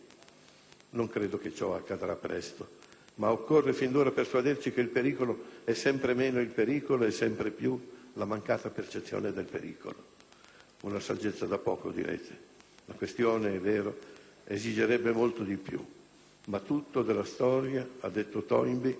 Non credo che ciò accadrà presto, ma occorre fin d'ora persuaderci che il pericolo è sempre meno il pericolo e sempre più la mancata percezione del pericolo. Una saggezza da poco, direte: la questione, è vero, esigerebbe molto di più. Ma «tutto, della storia» - ha detto Toynbee